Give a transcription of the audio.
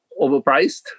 overpriced